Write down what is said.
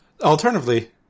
Alternatively